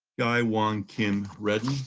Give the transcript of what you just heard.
guy? wong kim